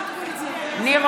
אינו משתתף בהצבעה ניר אורבך,